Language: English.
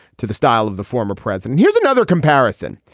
to the style of the former president. here's another comparison.